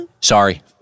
Sorry